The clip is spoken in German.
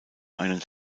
einen